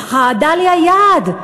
רעדה לי היד.